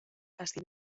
casi